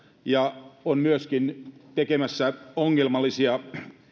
ja on myöskin tekemässä ongelmallisia